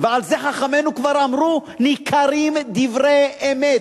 ועל זה חכמינו כבר אמרו "ניכרים דברי אמת".